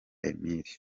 emile